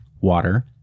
water